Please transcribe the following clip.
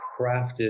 crafted